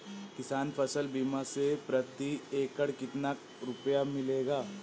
किसान फसल बीमा से प्रति एकड़ कितना रुपया मिलेगा?